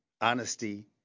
honesty